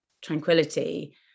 tranquility